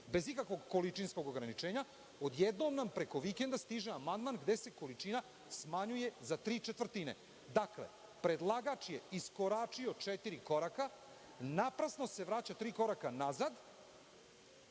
bez ikakvog količinskog ograničenja, odjednom nam preko vikenda stiže amandman gde se količina smanjuje za tri četvrtine. Dakle, predlagač je iskoračio četiri koraka, naprasno se vraća tri koraka nazad,